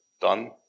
done